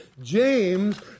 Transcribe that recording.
James